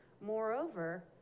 Moreover